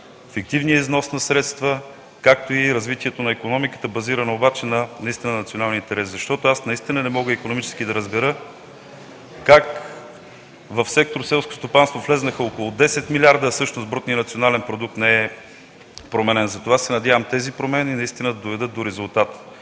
фиктивния износ на средства, както и развитието на икономиката, базирано обаче на националния интерес. Аз не мога икономически да разбера как в сектор „Селско стопанство” влязоха около 10 милиарда, а всъщност брутният национален продукт не е променен, затова се надявам тези промени наистина да доведат до резултат.